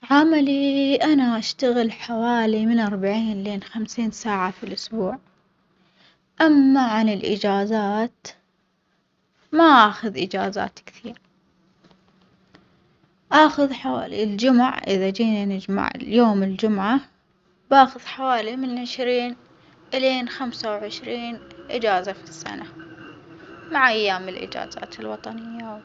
عملي أنا أشتغل حوالي من أربعين لين خمسين ساعة في الأسبوع، أما عن الإجازات ما آخذ إجازات كثير، آخذ حوالي الجمع إذا جينا نجمع اليوم الجمعة، باخذ حوالي من عشرين إلى خمسة وعشرين إجازة في السنة مع أيام الإجازات الوطنية.